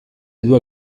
due